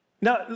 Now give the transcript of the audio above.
Now